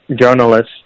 journalists